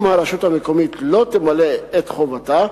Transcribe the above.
אם הרשות המקומית לא תמלא את חובתה,